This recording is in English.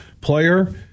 player